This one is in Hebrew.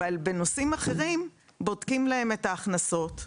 אבל בנושאים אחרים בודקים להם את ההכנסות,